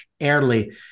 early